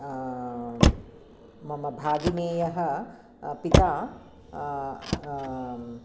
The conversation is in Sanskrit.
मम भागिनेयः पिता